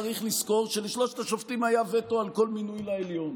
צריך לזכור שלשלושת השופטים היה וטו על כל מינוי לעליון.